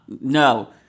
No